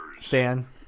Stan